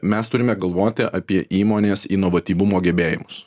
mes turime galvoti apie įmonės inovatyvumo gebėjimus